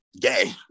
gay